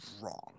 wrong